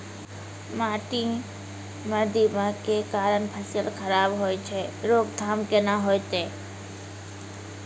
माटी म दीमक के कारण फसल खराब होय छै, रोकथाम केना होतै?